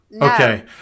Okay